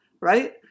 right